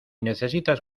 necesitas